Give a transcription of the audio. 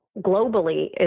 globally